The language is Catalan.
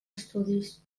estudis